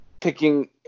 picking